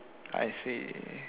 I see